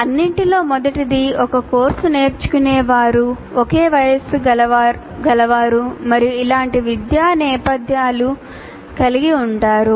అన్నింటిలో మొదటిది ఒక కోర్సు నేర్చుకునేవారు ఒకే వయస్సు గలవారు మరియు ఇలాంటి విద్యా నేపథ్యాలు కలిగి ఉంటారు